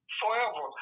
forever